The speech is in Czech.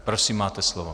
Prosím, máte slovo.